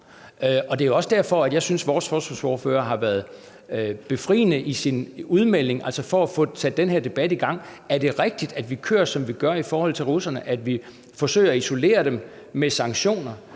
om. Det er også derfor, at jeg synes, at vores forsvarsordfører har været befriende i sin udmelding for at få sat den her debat i gang, nemlig om det er rigtigt, at vi i forhold til russerne kører, som vi gør; at vi forsøger at isolere dem med sanktioner.